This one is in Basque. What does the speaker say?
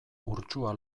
urtsua